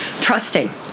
trusting